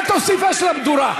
אל תוסיף שמן למדורה.